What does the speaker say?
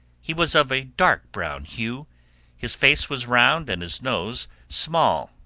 he was of a dark brown hue his face was round, and his nose small,